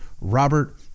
Robert